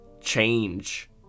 change